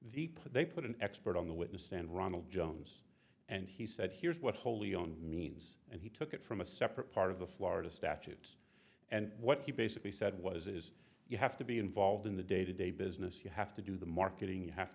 put they put an expert on the witness stand ronald jones and he said here's what wholly owned means and he took it from a separate part of the florida statute and what he basically said was is you have to be involved in the day to day business you have to do the marketing you have